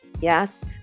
Yes